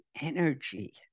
energy